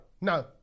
No